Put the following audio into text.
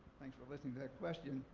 thanks for listening to that question,